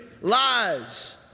lies